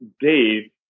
dave